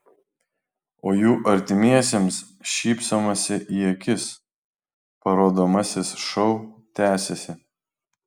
o jų artimiesiems šypsomasi į akis parodomasis šou tęsiasi